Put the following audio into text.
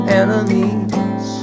enemies